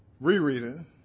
rereading